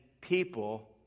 people